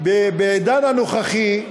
בעידן הנוכחי,